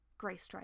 Graystripe